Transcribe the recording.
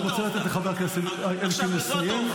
אני רוצה לתת לחבר הכנסת אלקין לסיים.